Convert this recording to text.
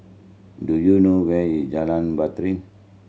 do you know where is Jalan Batai